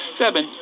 seven